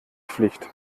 pflicht